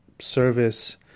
service